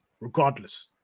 regardless